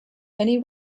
many